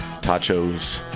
tachos